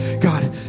God